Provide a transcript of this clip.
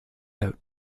out